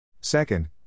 Second